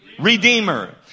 Redeemer